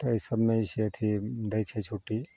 तऽ एहि सबमे जे छै अथी दै छै छुट्टी